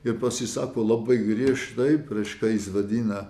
ir pasisako labai griežtai prieš ką jis vadina